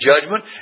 judgment